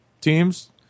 teams